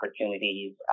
opportunities